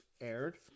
aired